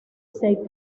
seis